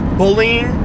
bullying